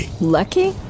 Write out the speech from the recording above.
Lucky